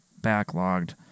backlogged